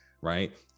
Right